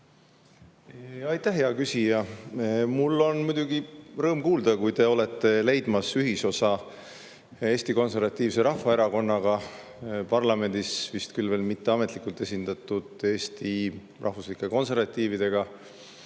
Aitäh, hea küsija! Mul on muidugi rõõm seda kuulda, et te olete leidmas ühisosa Eesti Konservatiivse Rahvaerakonnaga ja parlamendis vist küll veel mitteametlikult esindatud Eesti rahvuslike konservatiividega,